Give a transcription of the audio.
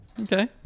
Okay